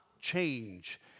change